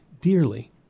dearly